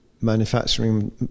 manufacturing